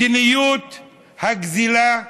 מדיניות הגזלה,